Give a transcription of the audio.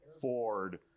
Ford